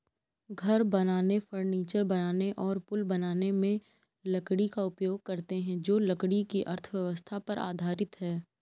घर बनाने, फर्नीचर बनाने और पुल बनाने में लकड़ी का उपयोग करते हैं जो लकड़ी की अर्थव्यवस्था पर आधारित है